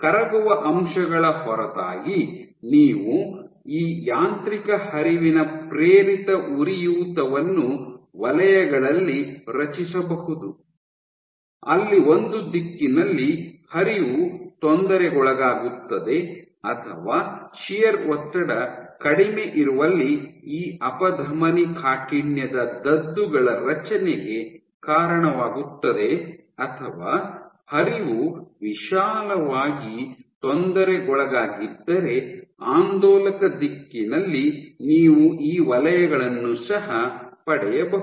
ಕರಗುವ ಅಂಶಗಳ ಹೊರತಾಗಿ ನೀವು ಈ ಯಾಂತ್ರಿಕ ಹರಿವಿನ ಪ್ರೇರಿತ ಉರಿಯೂತವನ್ನು ವಲಯಗಳಲ್ಲಿ ರಚಿಸಬಹುದು ಅಲ್ಲಿ ಒಂದು ದಿಕ್ಕಿನಲ್ಲಿ ಹರಿವು ತೊಂದರೆಗೊಳಗಾಗುತ್ತದೆ ಅಥವಾ ಶಿಯರ್ ಒತ್ತಡ ಕಡಿಮೆ ಇರುವಲ್ಲಿ ಈ ಅಪಧಮನಿಕಾಠಿಣ್ಯದ ದದ್ದುಗಳ ರಚನೆಗೆ ಕಾರಣವಾಗುತ್ತದೆ ಅಥವಾ ಹರಿವು ವಿಶಾಲವಾಗಿ ತೊಂದರೆಗೊಳಗಾಗಿದ್ದರೆ ಆಂದೋಲಕ ದಿಕ್ಕಿನಲ್ಲಿ ನೀವು ಈ ವಲಯಗಳನ್ನು ಸಹ ಪಡೆಯಬಹುದು